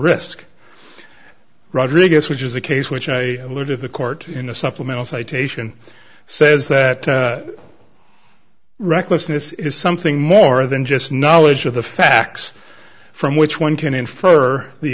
risk rodriguez which is a case which i learned if a court in a supplemental citation says that recklessness is something more than just knowledge of the facts from which one can infer the